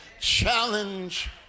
challenge